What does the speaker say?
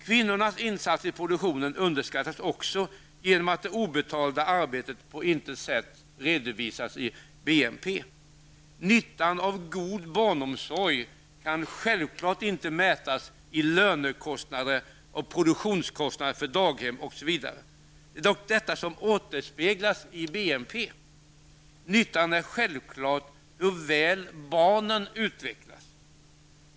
Kvinnornas insats i produktionen underskattas också genom att det obetalda arbetet på intet sätt redovisas i BNP. Nyttan av god barnomsorg kan självfallet inte mätas i lönekostnader och produktionskostnader för daghem, osv. Det är dock detta som återspeglas i BNP. Nyttan avgörs naturligtvis av hur väl barnen utvecklas.